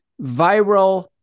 viral